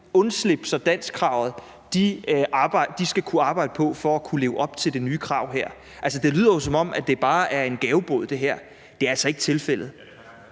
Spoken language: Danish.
undslippe danskkravet, skal kunne arbejde på for at kunne leve op til det nye krav her? Det lyder jo, som om det bare er en gavebod det her. Det er altså ikke tilfældet.